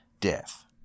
death